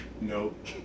Nope